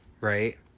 right